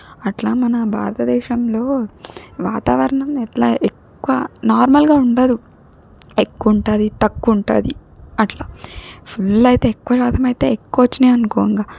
అట్లా మన భారతదేశంలో వాతావరణం ఎట్లా ఎక్కువ నార్మల్గా ఉండదు ఎక్కువ ఉంటుంది తక్కువ ఉంటుంది అట్లా ఫుల్ అయితే ఎక్కువ శాతమైతే ఎక్కువ వచ్చినయనుకో ఇంగ